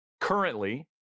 currently